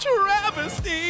travesty